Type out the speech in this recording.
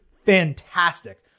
fantastic